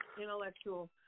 intellectual